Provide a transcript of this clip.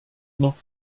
noch